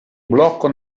blocco